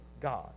God